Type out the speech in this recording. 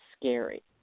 scary